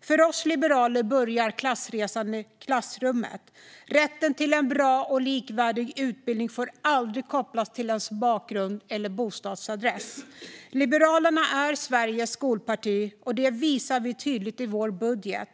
För oss liberaler börjar klassresan i klassrummet. Rätten till en bra och likvärdig utbildning får aldrig kopplas till ens bakgrund eller bostadsadress. Liberalerna är Sveriges skolparti, och det visar vi tydligt i vår budget.